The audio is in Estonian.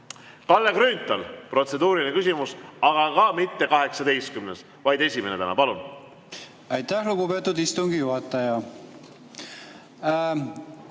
Kalle Grünthal, protseduuriline küsimus, aga ka mitte 18., vaid esimene täna. Palun! Aitäh, lugupeetud istungi juhataja!